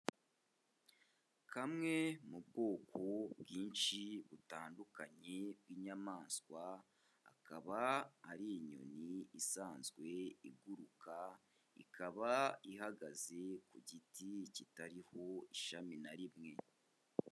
Kamwe mu bwoko bwinshi butandukanye bw'inyamaswa akaba ari inyoni isanzwe iguruka, ikaba ihagaze ku giti kitariho ishami na rimwe.